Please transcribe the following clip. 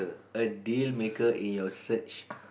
a dealmaker in your search